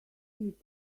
eat